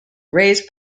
raise